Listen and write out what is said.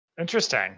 interesting